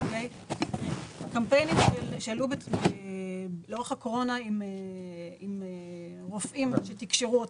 קמפיינים שעלו לאורך הקורונה עם רופאים שתקשרו אותה,